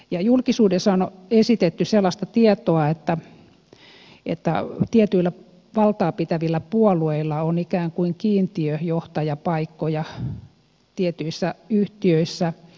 julkisuudessa on esitetty sellaista tietoa että tietyillä valtaa pitävillä puolueilla on ikään kuin kiintiöjohtajapaikkoja tietyissä yhtiöissä